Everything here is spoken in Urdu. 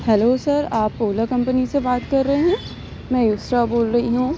ہیلو سر آپ اولا کمپنی سے بات کر رہے ہیں میں یسریٰ بول رہی ہوں